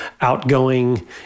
outgoing